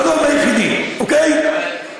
עזוב את היחידים, אוקיי?